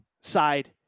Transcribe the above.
side